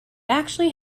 actually